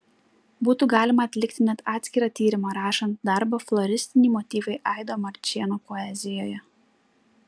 būtų galima atlikti net atskirą tyrimą rašant darbą floristiniai motyvai aido marčėno poezijoje